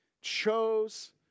chose